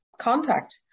contact